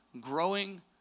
growing